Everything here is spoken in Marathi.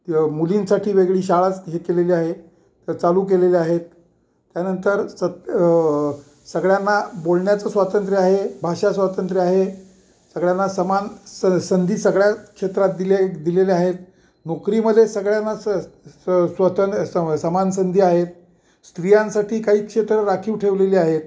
मुलींसाठी वेगळी शाळाच हे केलेले आहे त चालू केलेले आहेत त्यानंतर स सगळ्यांना बोलण्याचं स्वातंत्र्य आहे भाषा स्वातंत्र्य आहे सगळ्यांना समान सं संधी सगळ्या क्षेत्रात दिले दिलेल्या आहेत नोकरीमध्ये सगळ्यांना स सन स्वत स समान संधी आहेत स्त्रियांसाठी काही क्षेत्र राखी ठेवलेली आहेत